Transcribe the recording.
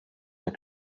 des